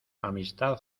amistad